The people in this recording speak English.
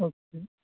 okay